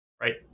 right